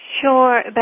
Sure